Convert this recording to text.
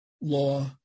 law